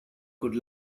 could